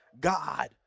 God